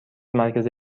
مرکز